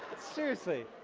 seriously.